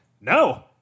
no